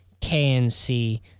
KNC